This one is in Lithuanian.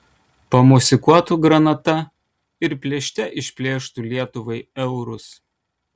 pamosikuotų granata ir plėšte išplėštų lietuvai eurus